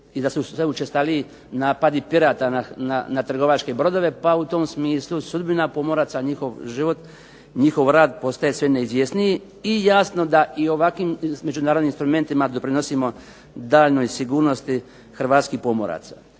i da su sve učestaliji napadi pirata na trgovačke brodove, pa u tom smislu sudbina pomoraca, njihov život, njihov rad postaje sve neizvjesniji. I jasno da i ovakvim međunarodnim instrumentima doprinosimo daljnjoj sigurnosti hrvatskih pomoraca.